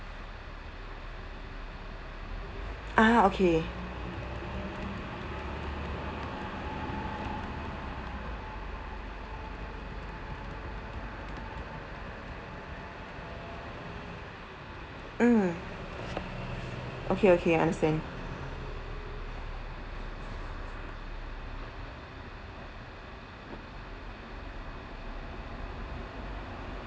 mm okay okay understand